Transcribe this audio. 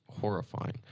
horrifying